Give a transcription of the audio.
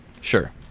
sure